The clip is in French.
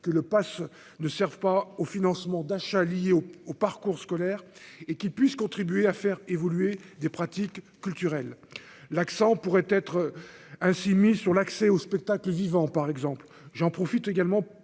que le Pass ne serve pas au financement d'achat lié au au parcours scolaire et qui puissent contribuer à faire évoluer des pratiques culturelles l'accent pourrait être ainsi mis sur l'accès aux spectacles vivants, par exemple, j'en profite également pour